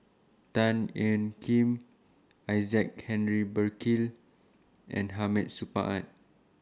Tan Ean Kiam Isaac Henry Burkill and Hamid Supaat